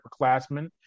upperclassmen